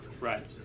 Right